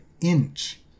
inch